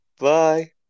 Bye